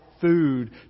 food